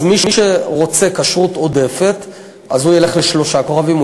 אז מי שרוצה כשרות עודפת ילך לשלושה כוכבים.